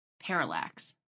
Parallax